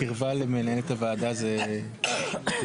קרבה למנהלת הוועדה זה סגולות.